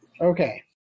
Okay